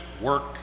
work